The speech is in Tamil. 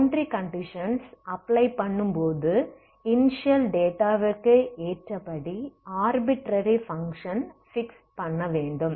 பௌண்டரி கண்டிஷன்ஸ் அப்ளை பண்ணும் போது இனிஷியல் டேட்டாவிற்கு ஏற்றபடி ஆர்பிட்ரரி பங்க்ஷன் பிக்ஸ் பண்ண வேண்டும்